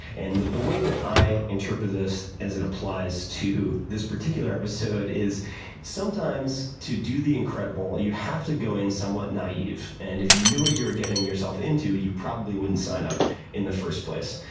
and the the way that i interpret this as it applies to this particular is sometimes to do the incredible you have to go in somewhat naive. and if you knew what you were getting yourself into, you probably wouldn't sign up in the first place.